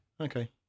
Okay